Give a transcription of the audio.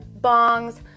bongs